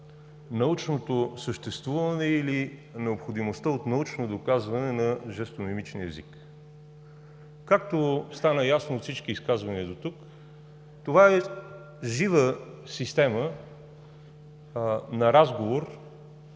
научното съществуване или необходимостта от научно доказване на жестомимичния език. Както стана ясно от всички изказвания до тук, това е жива система на разговор